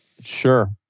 Sure